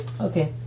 Okay